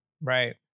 Right